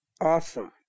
awesome